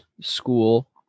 school